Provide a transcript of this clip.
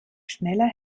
schneller